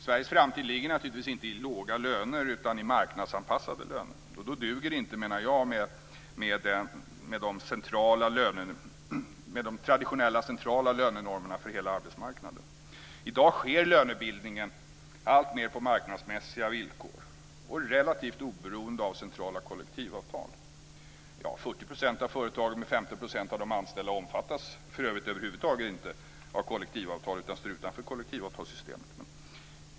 Sveriges framtid ligger naturligtvis inte i låga löner utan i marknadsanpassade löner. Då duger det inte med de traditionella centrala lönenormerna för hela arbetsmarknaden. I dag sker lönebildningen alltmer på marknadsmässiga villkor och är relativt oberoende av centrala kollektivavtal. 40 % av företagen med 50 % av de anställda omfattas för övrigt över huvud taget inte av kollektivavtal utan står utanför kollektivavtalssystemet.